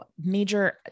major